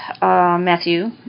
Matthew